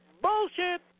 bullshit